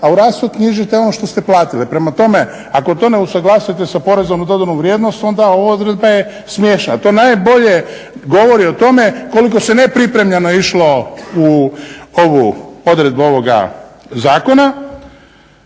a u rashod knjižite ono što ste platili. Prema tome, ako to ne usuglasite sa porezom na dodanu vrijednost, onda ova odredba je smiješna. A to najbolje govori o tome koliko se nepripremljeno išlo u ovu, odredbu ovoga zakona.